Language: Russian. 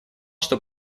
что